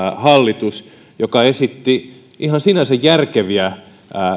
hallitus joka esitti ihan sinänsä järkeviä